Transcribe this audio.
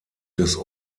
des